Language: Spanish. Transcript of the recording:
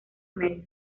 medios